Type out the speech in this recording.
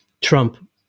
Trump